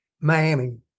Miami